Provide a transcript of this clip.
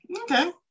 Okay